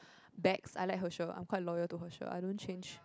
bags I like her shirt I'm quite loyal to her shirt I don't change